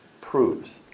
proves